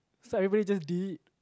so everybody just did it